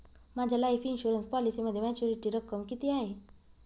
माझ्या life insurance पॉलिसीमध्ये maturity रक्कम किती आहे?